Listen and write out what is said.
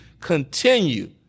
continue